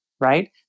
right